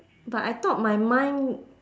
but I thought my mind